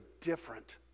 different